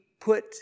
put